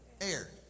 air